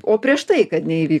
o prieš tai kad neįvy